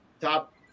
top